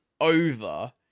over